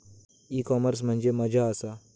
E commerce म्हणजे मझ्या आसा?